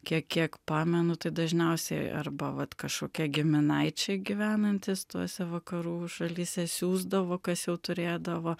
kiek kiek pamenu tai dažniausiai arba vat kažkokie giminaičiai gyvenantys tose vakarų šalyse siųsdavo kas jau turėdavo